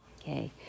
Okay